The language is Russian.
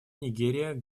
нигерия